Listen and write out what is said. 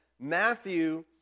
Matthew